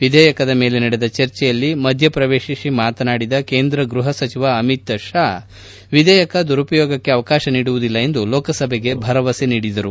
ವಿಧೇಯಕದ ಮೇಲೆ ನಡೆದ ಚರ್ಚೆಯಲ್ಲಿ ಮಧ್ಯಪ್ರವೇಶಿಸಿ ಮಾತನಾಡಿದ ಕೇಂದ್ರ ಗೃಹಸಚಿವ ಅಮಿತ್ ಷಾ ವಿಧೇಯಕ ದುರುಪಯೋಗಕ್ಕೆ ಅವಕಾಶ ನೀಡುವುದಿಲ್ಲ ಎಂದು ಲೋಕಸಭೆಗೆ ಭರವಸೆ ನೀಡಿದರು